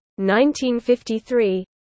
1953